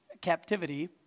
captivity